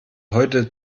heute